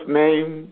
name